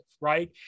Right